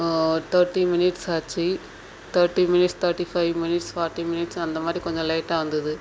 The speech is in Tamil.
ஒரு தர்ட்டி மினிட்ஸ் ஆச்சு thirty minutes thirty five minutes forty minutes அந்த மாதிரி கொஞ்சம் லேட்டாக வந்துது